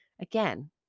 Again